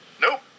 Nope